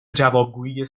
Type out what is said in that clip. جوابگویی